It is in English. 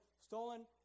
Stolen